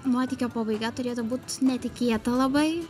nuotykio pabaiga turėtų būt netikėta labai